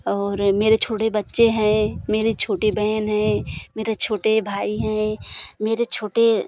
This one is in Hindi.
और मेरे छोटे बच्चे हैं मेरे छोटे बहन हैं मेरा छोटे भाई हैं मेरे छोटे